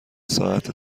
ساعت